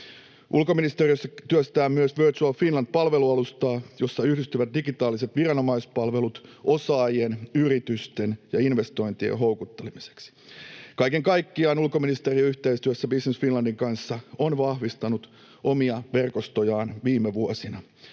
Ulkoministeriössä työstetään myös Virtual Finland ‑palvelualustaa, jossa yhdistyvät digitaaliset viranomaispalvelut osaajien, yritysten ja investointien houkuttelemiseksi. Kaiken kaikkiaan ulkoministeriö yhteistyössä Business Finlandin kanssa on vahvistanut omia verkostojaan viime vuosina.